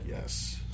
Yes